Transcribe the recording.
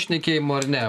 šnekėjimu ar ne